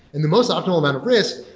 and the most optimal amount of risk,